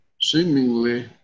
seemingly